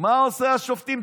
מה עושים השופטים?